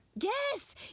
Yes